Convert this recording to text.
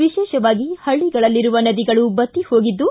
ವಿಶೇಷವಾಗಿ ಹಳ್ಳಿಗಳಲ್ಲಿರುವ ನದಿಗಳು ಬತ್ತಿಹೋಗಿದ್ದು